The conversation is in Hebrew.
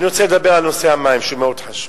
אני רוצה לדבר על נושא המים, שהוא מאוד חשוב.